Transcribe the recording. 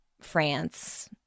France